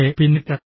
അവനെ പിന്നീട്